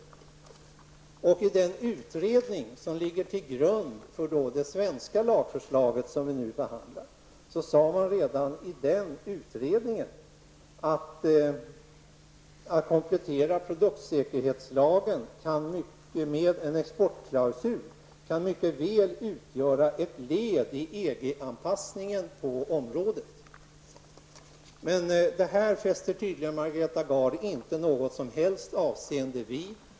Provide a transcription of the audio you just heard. Redan i den utredning som ligger till grund för det svenska lagförslaget, som vi nu behandlar, sade man att en komplettering av produktsäkerhetslagen med en exportklausul mycket väl kan utgöra ett led i EG-anpassningen på området. Men det här fäster tydligen Margareta Gard inte något som helst avseende vid.